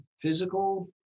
physical